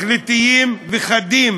החלטיים וחדים,